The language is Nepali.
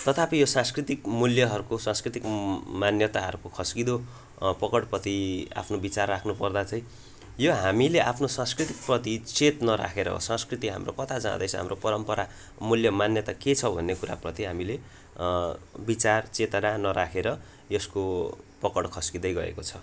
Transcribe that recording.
तथापि यो सांस्कृतिक मूल्यहरूको सांस्कृतिक मान्यताहरूको खस्किँदो पकडप्रति आफ्नो विचार राख्नुपर्दा चाहिँ यो हामीले आफ्नो सांस्कृतिक प्रति चेत नराखेर हो संस्कृति हाम्रो कता जाँदैछ हाम्रो परम्परा मूल्य मान्यता के छ भन्ने कुरा प्रति हामीले विचार चेतना नराखेर यसको पकड खस्किँदै गएको छ